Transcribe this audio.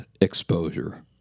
exposure